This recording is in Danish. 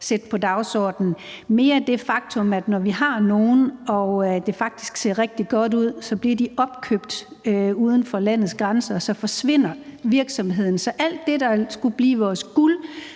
sætte på dagsordenen. Det var mere det faktum, at når vi har nogle og det faktisk ser rigtig godt ud, så bliver de opkøbt uden for landets grænser, og så forsvinder virksomheden. Så alt det, der skulle blive vores guld,